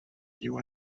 you